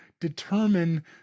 determine